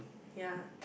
ya